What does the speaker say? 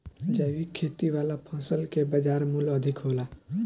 जैविक खेती वाला फसल के बाजार मूल्य अधिक होला